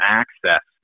access